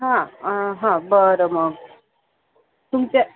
हा हा बरं मग तुमच्या